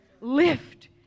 Lift